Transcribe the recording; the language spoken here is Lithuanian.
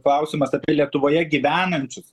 klausimas apie lietuvoje gyvenančius